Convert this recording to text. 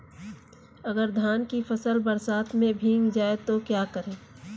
अगर धान की फसल बरसात में भीग जाए तो क्या करें?